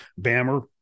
Bammer